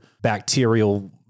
bacterial